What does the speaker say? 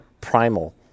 primal